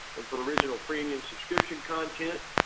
and for original premium subscription content,